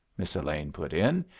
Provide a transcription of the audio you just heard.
miss elaine put in.